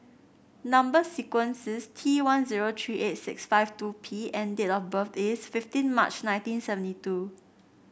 number sequence is T one zero tree eight six five two P and date of birth is fifteen March nineteen seventy two